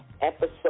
episode